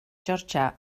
georgia